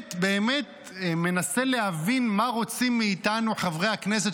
באמת באמת מנסה להבין מה רוצים מאיתנו חברי הכנסת